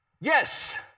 Yes